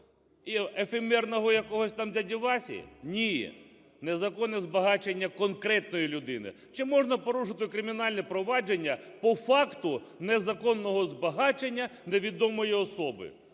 ефемерного якогось там дяді Васі? Ні, незаконне збагачення конкретної людини. Чи можна порушити кримінальне провадження по факту незаконного збагачення невідомої особи?